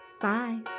Bye